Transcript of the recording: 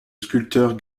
sculpteur